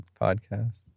podcast